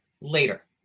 later